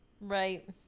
Right